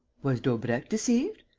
was daubrecq deceived?